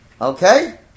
Okay